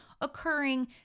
occurring